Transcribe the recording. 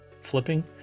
flipping